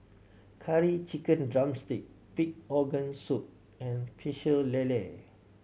Curry Chicken drumstick pig organ soup and Pecel Lele